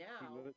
now